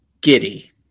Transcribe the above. Giddy